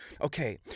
Okay